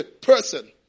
person